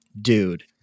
Dude